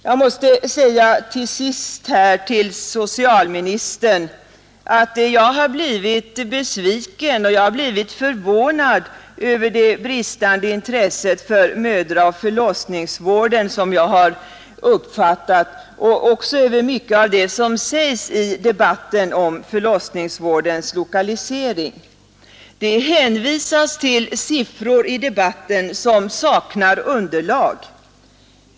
Jag måste säga till socialministern att jag har blivit besviken och förvånad över det bristande intresse för mödraoch förlossningsvården som jag konstaterat och också över mycket av det som sägs i debatten om förlossningsvårdens lokalisering. I den debatten hänvisas det till siffror som saknar underlag.